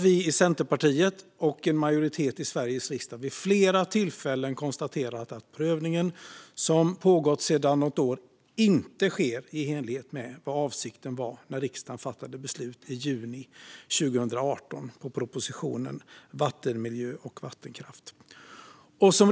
Vi i Centerpartiet och en majoritet i Sveriges riksdag har nämligen vid flera tillfällen konstaterat att prövningen som pågått sedan något år inte sker i enlighet med vad avsikten var när riksdagen fattade beslut om propositionen Vattenmiljö och vattenkraft i juni 2018.